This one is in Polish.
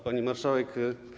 Pani Marszałek!